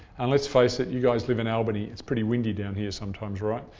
and let's face it, you guys live in albany. it's pretty windy down here sometimes, right?